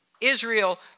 Israel